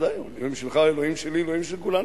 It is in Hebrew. אלוהים שלך, אלוהים שלי, אלוהים של כולנו.